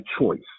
choice